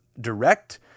direct